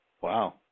Wow